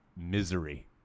misery